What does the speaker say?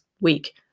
week